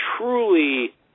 truly